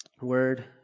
word